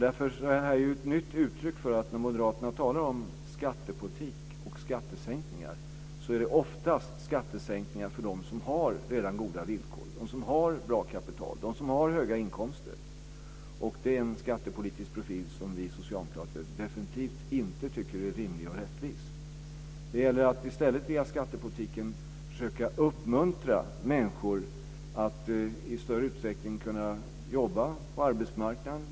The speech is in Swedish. Därför är det här ett nytt uttryck för att när moderater talar om skattepolitik och skattesänkningar är det oftast skattesänkningar för dem som redan har goda villkor, som har bra kapital, som har höga inkomster. Det är en skattepolitisk profil som vi socialdemokrater definitivt inte tycker är rimlig och rättvis. Det gäller att i stället via skattepolitiken försöka uppmuntra människor att i större utsträckning kunna jobba på arbetsmarknaden.